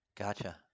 Gotcha